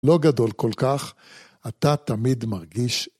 ‫לא גדול כל כך, אתה תמיד מרגיש...